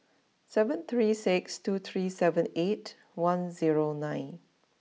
seven three six two three seven eight one zero nine